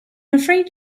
afraid